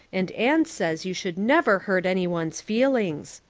and anne says you should never hurt anyone's feelings.